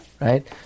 Right